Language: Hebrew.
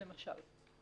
למשל.